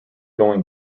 going